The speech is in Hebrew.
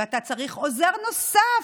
ואתה צריך עוזר נוסף,